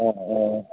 অঁ অঁ